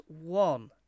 one